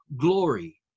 glory